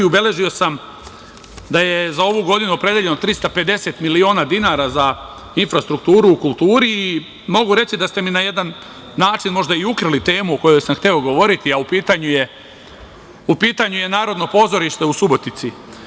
Ubeležio sam da je za ovu godinu opredeljeno 350 miliona dinara za infrastrukturu u kulturi i mogu reći da ste mi na jedan način možda i ukrali temu o kojoj sam hteo govoriti, a u pitanju je Narodno pozorište u Subotici.